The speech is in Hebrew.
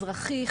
אזרחי,